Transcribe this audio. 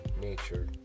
nature